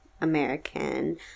american